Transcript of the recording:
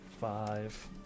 five